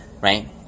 right